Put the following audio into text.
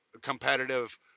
competitive